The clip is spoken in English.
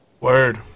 Word